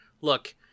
look